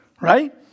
right